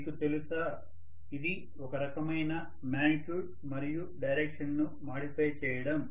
మీకు తెలుసా ఇది ఒక రకమైన మాగ్నిట్యూడ్ మరియు డైరెక్షన్ ను మాడిఫై చేయడం